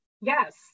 Yes